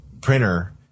printer